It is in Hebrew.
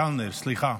קַלנר, סליחה,